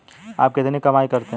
आप कितनी कमाई करते हैं?